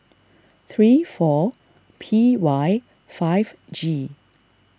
three four P Y five G